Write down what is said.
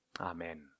Amen